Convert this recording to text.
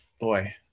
boy